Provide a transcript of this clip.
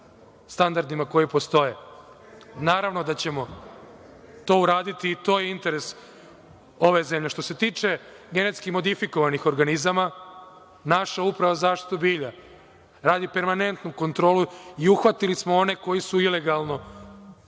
standardima koji postoje. Naravno da ćemo to uraditi i to je interes ove zemlje. Što se tiče genetski modifikovanih organizama, naša Uprava za zaštitu bilja radi permanentnu kontrolu i uhvatili smo one koji su ilegalno